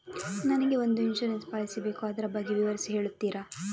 ನನಗೆ ಒಂದು insurance policy ಬೇಕು ಅದರ ಬಗ್ಗೆ ವಿವರಿಸಿ ಹೇಳುತ್ತೀರಾ?